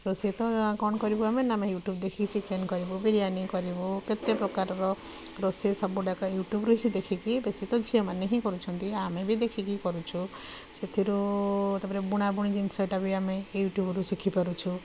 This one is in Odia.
ରୋଷେଇ ତ କ'ଣ କରିବୁ ନା ଆମେ ୟୁଟୁବ୍ ଦେଖିକି ଚିକେନ୍ କରିବୁ ବିରୀୟାନି କରିବୁ କେତେପ୍ରକାରର ରୋଷେଇ ସବୁଡ଼ାକ ୟୁଟୁବ୍ରୁ ହିଁ ଦେଖିକି ବେଶି ତ ଝିଅମାନେ ହିଁ କରୁଛନ୍ତି ଆମେ ବି ଦେଖିକି କରୁଛୁ ସେଥିରୁ ତା'ପରେ ବୁଣାବୁଣି ଜିନିଷଟା ବି ଆମେ ୟୁଟୁବ୍ରୁ ଶିଖିପାରୁଛୁ